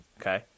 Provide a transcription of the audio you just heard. okay